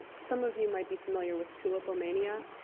some of you might be familiar with tulipomania?